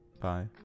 Bye